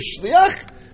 shliach